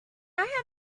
have